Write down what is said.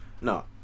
No